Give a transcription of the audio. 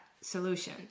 solution